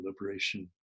Liberation